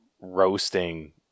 roasting